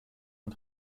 und